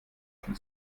von